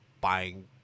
buying